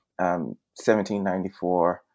1794